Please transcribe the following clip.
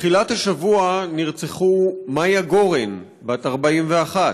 בתחילת השבוע נרצחו מאיה גורן, בת 41,